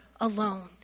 alone